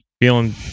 feeling